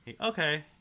okay